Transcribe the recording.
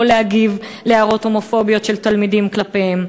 להגיב על הערות הומופוביות של תלמידים כלפיהם.